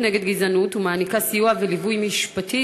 נגד גזענות ומעניקה סיוע וליווי משפטי?